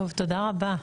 טוב, תודה רבה.